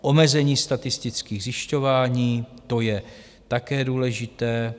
Omezení statistických zjišťování, to je také důležité.